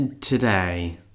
Today